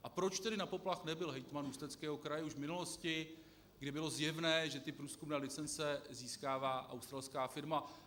A proč tedy na poplach nebil hejtman Ústeckého kraje už v minulosti, kdy bylo zjevné, že průzkumné licence získává australská firma.